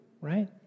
right